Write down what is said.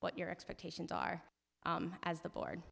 what your expectations are as the board